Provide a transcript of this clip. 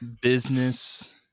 business